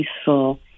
peaceful